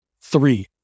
Three